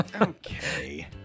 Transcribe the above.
Okay